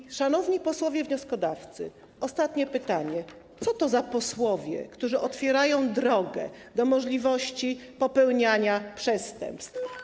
I szanowni posłowie wnioskodawcy, ostatnie pytanie: Co to za posłowie, którzy otwierają drogę do możliwości popełniania przestępstw?